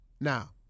Now